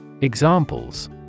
Examples